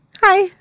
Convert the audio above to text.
Hi